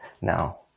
now